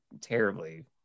terribly